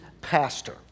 pastor